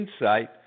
insight